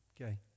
okay